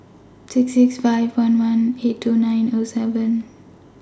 six six five one one eight two nine O seven